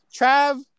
Trav